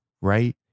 right